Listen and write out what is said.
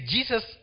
Jesus